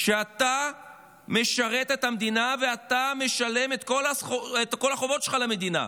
שאתה משרת את המדינה ואתה משלם את כל החובות שלך למדינה,